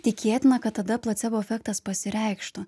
tikėtina kad tada placebo efektas pasireikštų